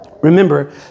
Remember